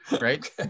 Right